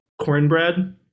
cornbread